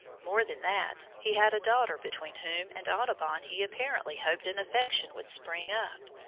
more than that, he had a daughter between whom and audubon he apparently hoped an affection would spring up.